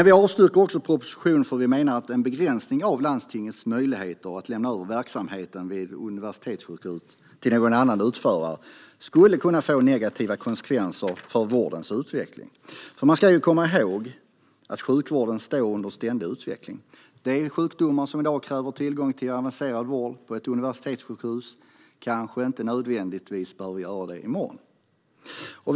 Vi avstyrker också propositionen för att vi menar att en begränsning av landstingens möjligheter att lämna över verksamhet vid ett universitetssjukhus till någon annan utförare skulle kunna få negativa konsekvenser för vårdens utveckling. Man ska ju komma ihåg att sjukvården står under ständig utveckling. De sjukdomar som i dag kräver tillgång till avancerad vård på ett universitetssjukhus kanske inte nödvändigtvis gör det i morgon.